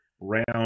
round